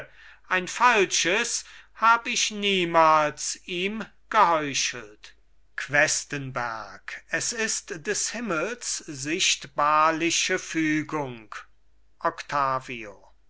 ein falsches hab ich niemals ihm geheuchelt questenberg es ist des himmels sichtbarliche fügung octavio